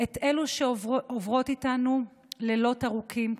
את אלו שעוברות איתנו לילות ארוכים.